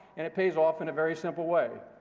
and it pays off in a very simple way.